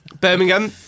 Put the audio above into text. Birmingham